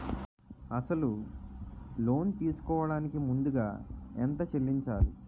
అసలు లోన్ తీసుకోడానికి ముందుగా ఎంత చెల్లించాలి?